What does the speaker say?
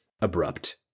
abrupt